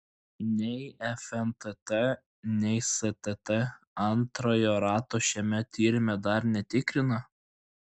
nei fntt nei stt antrojo rato šiame tyrime dar netikrina